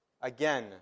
again